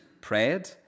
prayed